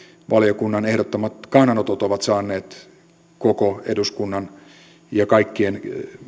valiokunnan ehdottamat kannanotot ovat saaneet koko eduskunnan kaikkien